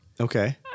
Okay